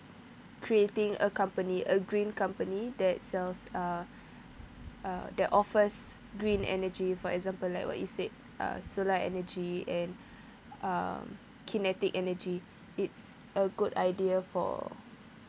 creating a company a green company that sells uh uh that offers green energy for example like what you said uh solar energy and um kinetic energy it's a good idea for